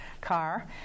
car